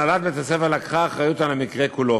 הנהלת בית-הספר לקחה אחריות על המקרה כולו.